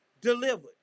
delivered